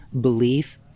belief